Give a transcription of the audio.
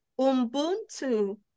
Ubuntu